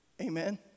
Amen